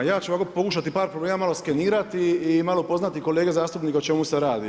Ja ću ovako pokušati par problema malo skenirati i malo upoznati kolege zastupnike o čemu se radi.